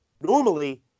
normally